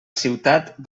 ciutat